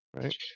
right